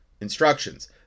instructions